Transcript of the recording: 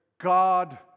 God